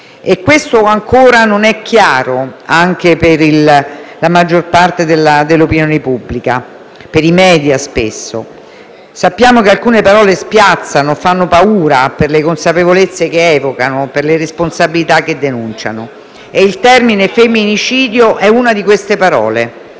Questo ancora non è chiaro per la maggior parte dell'opinione pubblica e spesso per i *media*. Sappiamo che alcune parole spiazzano, fanno paura per le consapevolezze che evocano e per le responsabilità che denunciano. Il termine «femminicidio» è una di queste parole,